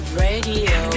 radio